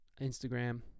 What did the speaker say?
Instagram